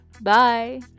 bye